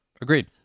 Agreed